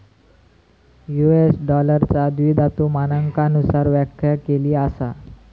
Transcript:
US डॉलरचा द्विधातु मानकांनुसार व्याख्या केली असा